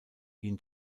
ihn